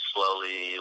slowly